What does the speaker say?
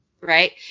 Right